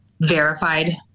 verified